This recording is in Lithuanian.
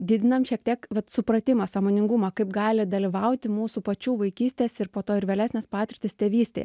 didinam šiek tiek vat supratimą sąmoningumą kaip gali dalyvauti mūsų pačių vaikystės ir po to ir vėlesnės patirtys tėvystėje